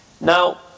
Now